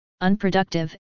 unproductive